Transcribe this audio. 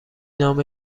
نام